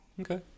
okay